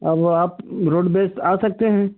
अब आप रोडवेज आ सकते हैं